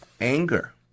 anger